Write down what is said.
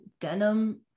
denim